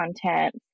content